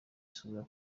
sura